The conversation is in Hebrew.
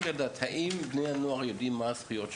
האם בני הנוער יודעים מה הזכויות שלהם?